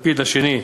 לפיד השני,